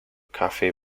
coffee